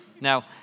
Now